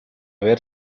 ver